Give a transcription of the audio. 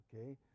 okay